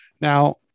Now